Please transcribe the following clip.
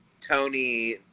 Tony